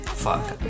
fuck